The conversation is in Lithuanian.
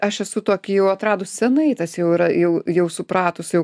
aš esu tokį jau atradus senai tas jau yra jau jau supratus jau